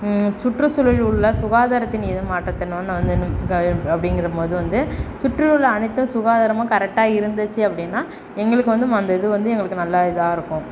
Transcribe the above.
சுற்றுச்சூழலில் உள்ள சுகாதாரத்தின் இது அப்படிங்கிறம் போது வந்து சுற்றியுள்ள அனைத்து சுகாதாரமும் கரெக்டாக இருந்துச்சு அப்படின்னா எங்களுக்கு வந்தும் அந்த இது வந்து எங்களுக்கு நல்லா இதாக இருக்கும்